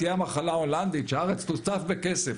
תהיה המחלה ההולנדית שהארץ תוצף בכסף.